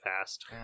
fast